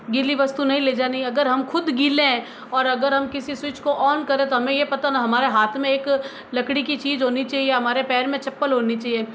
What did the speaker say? गीली वस्तु नहीं ले जानी अगर हम खुद गीले हैं और अगर हम किसी स्विच को ऑन करें तो हमें ये पता होना हमारे हाथ में एक लकड़ी की चीज होनी चाहिए हमारे पैर में चप्पल होनी चाहिए